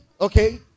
okay